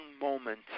moment